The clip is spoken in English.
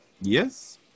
Yes